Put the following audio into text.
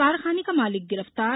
कारखाने का मालिक गिरफ्तार